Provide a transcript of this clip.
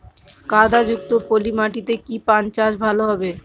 কাদা যুক্ত পলি মাটিতে কি পান চাষ ভালো হবে?